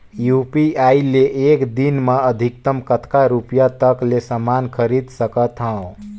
UPI ले एक दिन म अधिकतम कतका रुपिया तक ले समान खरीद सकत हवं?